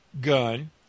gun